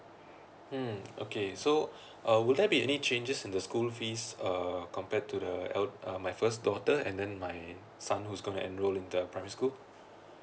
mm okay so uh would there be any changes in the school fees uh compared to the elder uh my first daughter and then my son who's going to enrol in the primary school